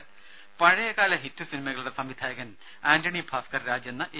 ദേദ പഴയകാല ഹിറ്റ് സിനിമകളുടെ സംവിധായകൻ ആന്റണി ഭാസ്കർ രാജ് എന്ന എ